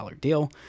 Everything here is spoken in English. deal